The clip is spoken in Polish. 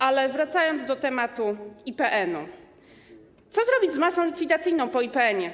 Ale wracając do tematu IPN-u: Co zrobić z masą likwidacyjną po IPN-ie?